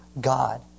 God